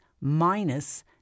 minus